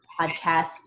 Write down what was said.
podcast